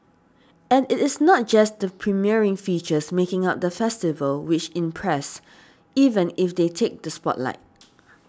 and it is not just the premiering features making up the festival which impress even if they take the spotlight